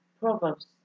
Proverbs